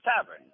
Tavern